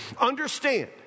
Understand